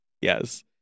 Yes